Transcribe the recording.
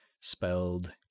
spelled